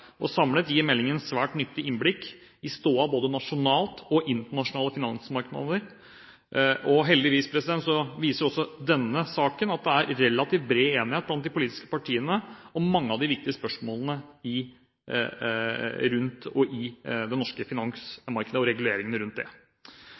2011. Samlet gir meldingen et svært nyttig innblikk i stoda både i nasjonale og internasjonale finansmarkeder. Heldigvis viser også denne saken at det er relativt bred enighet blant de politiske partiene om mange av de viktige spørsmålene i det norske